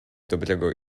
dobrego